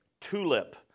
tulip